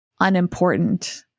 unimportant